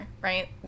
right